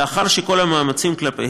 לאחר שכל המאמצים כלפיהם,